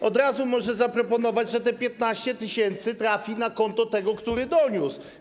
Może od razu zaproponować, że te 15 tys. trafi na konto tego, który doniósł.